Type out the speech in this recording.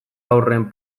haurren